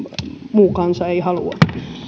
muu kansa ei halua